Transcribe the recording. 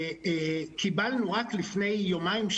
קיבלנו רק לפני יומיים,